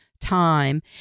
time